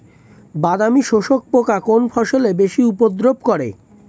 বাদামি শোষক পোকা কোন ফসলে বেশি উপদ্রব করে?